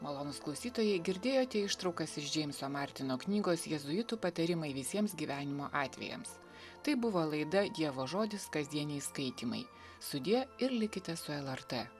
malonūs klausytojai girdėjote ištraukas iš džeimso martino knygos jėzuitų patarimai visiems gyvenimo atvejams tai buvo laida dievo žodis kasdieniai skaitymai sudie ir likite su lrt